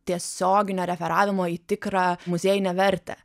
tiesioginio referavimo į tikrą muziejinę vertę